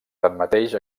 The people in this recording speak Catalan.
tanmateix